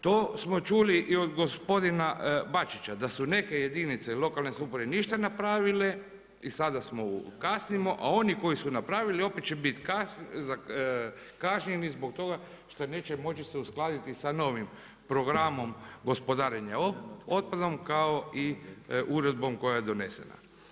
To smo čuli i od gospodin Bačića, da su neke jedinice lokalne samouprave ništa napravile i sada kasnimo, a oni koji su napravili opet će biti kašnjeni zbog toga što neće moći se uskladiti sa novim programom gospodarenje otpadom kao i uredbom koja je donesena.